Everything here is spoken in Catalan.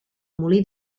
molí